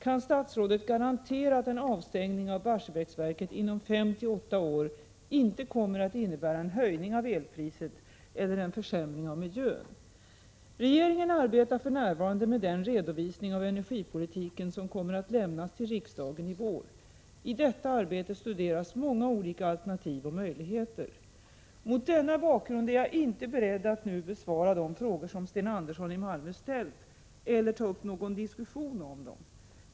Kan statsrådet garantera att en avstängning av Barsebäcksverket inom fem-åtta år inte kommer att innebära en höjning av elpriset eller en försämring av miljön? Regeringen arbetar för närvarande med den redovisning av energipolitiken som kommer att lämnas till riksdagen i vår. I detta arbete studeras många olika alternativ och möjligheter. Mot denna bakgrund är jag inte beredd att nu besvara de frågor som Sten Andersson i Malmö har ställt eller ta upp någon diskussion om dem.